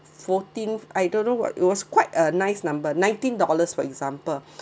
fourteenth I don't know what was quite a nice number nineteen dollars for example